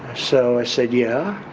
so, i said, yeah.